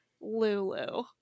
Lulu